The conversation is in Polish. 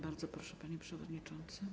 Bardzo proszę, panie przewodniczący.